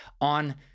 on